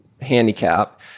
handicap